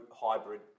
hybrid